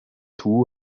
two